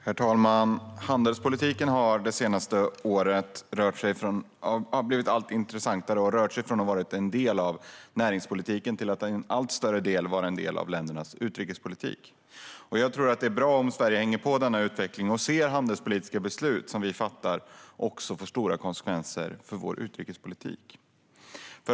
Herr talman! Handelspolitiken har under det senaste året blivit allt intressantare. Den har rört sig från att vara en del av näringspolitiken till att i allt högre grad vara en del av ländernas utrikespolitik. Jag tror att det är bra om Sverige hänger på i denna utveckling och ser att de handelspolitiska beslut som vi fattar också får stora konsekvenser för vår utrikespolitik.